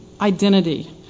identity